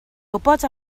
wybod